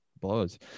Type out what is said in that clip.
blows